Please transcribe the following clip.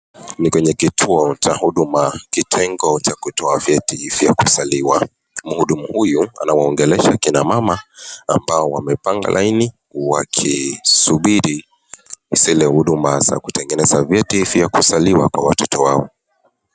Ni kwenye kituo cha huduma, kitengo cha kutoa vyeti vya kuzaliwa. Muhudumu huyu anawaongelesha kina mama ambao wamepanga laini wakisubiri zile huduma za kutengeneza vyeti vya kuzaliwa kwa watoto wao.